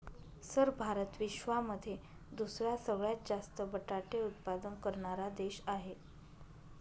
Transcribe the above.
sir Bharat विश्वामध्ये दुसरा सगळ्यात जास्त बटाटे उत्पादन करणारा देश आहे